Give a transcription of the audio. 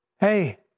Hey